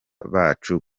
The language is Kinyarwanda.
bacu